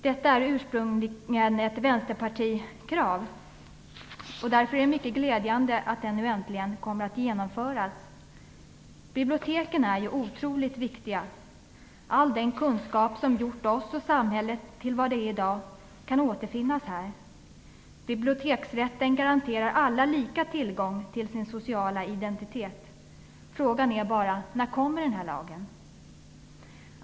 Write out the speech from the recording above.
Detta är ursprungligen ett krav från Vänsterpartiet. Därför är det mycket glädjande att den nu äntligen kommer att genomföras. Biblioteken är ju otroligt viktiga. All den kunskap som gjort oss och samhället till vad vi är i dag kan återfinnas där. Biblioteksrätten garanterar alla lika tillgång till sin sociala identitet. Frågan är bara när den här lagen kommer.